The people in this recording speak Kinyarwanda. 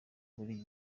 buri